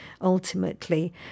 ultimately